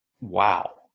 wow